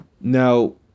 Now